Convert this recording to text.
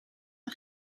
een